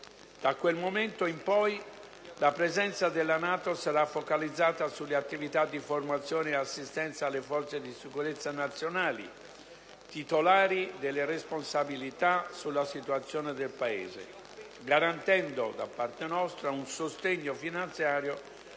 Da quel momento in poi la presenza della NATO sarà focalizzata sulle attività di formazione e assistenza alle forze di sicurezza nazionali, titolari delle responsabilità sulla situazione del Paese, garantendo da parte nostra un sostegno finanziario